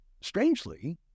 strangely